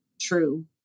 true